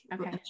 Okay